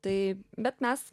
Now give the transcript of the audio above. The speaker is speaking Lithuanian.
tai bet mes